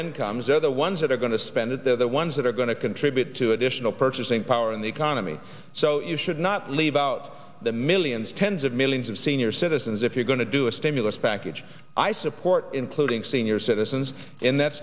incomes are the ones that are going to spend it they're the ones that are going to contribute to additional purchasing power in the economy so you should not leave out the millions tens of millions of senior citizens if you're going to do a stimulus package i support including senior citizens in that